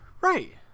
Right